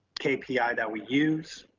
kpi that we use.